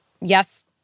yes